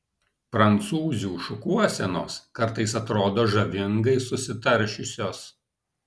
prancūzių šukuosenos kartais atrodo žavingai susitaršiusios